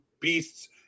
beasts